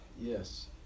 Yes